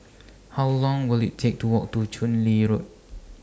How Long Will IT Take to Walk to Chu Lin Road